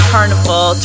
Carnival